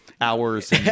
hours